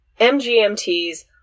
MGMT's